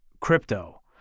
crypto